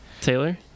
taylor